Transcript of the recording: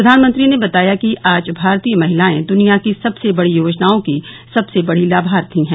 प्रधानमंत्री ने बताया कि आज भारतीय महिलाएं दुनिया की सबसे बड़ी योजनाओं की सबसे बड़ी लाभार्थी हैं